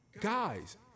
guys